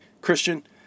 Christian